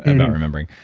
um not remembering.